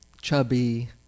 Chubby